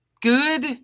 good